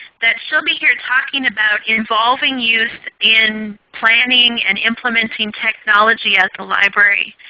that she'll be here talking about involving youth in planning and implementing technology as a library.